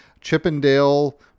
Chippendale